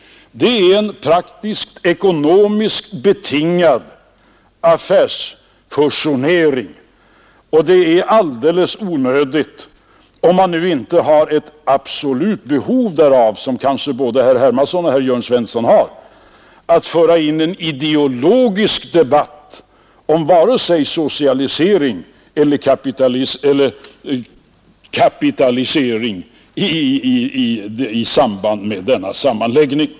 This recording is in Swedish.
Det är en praktiskt-ekonomiskt betingad affärsfusionering, och det är alldeles onödigt — om man nu inte har ett absolut behov därav, som kanske både herr Hermansson och herr Jörn Svensson har — att föra in en ideologisk debatt om vare sig socialisering eller kapitalisering i samband med denna sammanläggning.